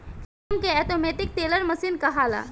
ATM के automatic teller machine कहाला